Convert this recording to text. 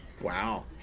Wow